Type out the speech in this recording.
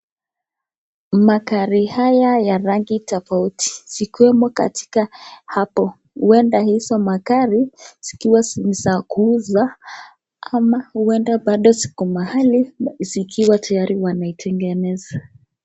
Magari haya ya rangi tofauti zikiwemo katika hapo, huenda hizo magari zikiwa ni za kuuza ama huenda bado ziko mahali zikiwa tayari wanaitengeneza.